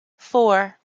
four